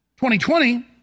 2020